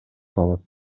болот